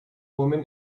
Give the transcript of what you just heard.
woman